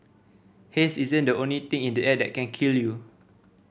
haze isn't the only thing in the air that can kill you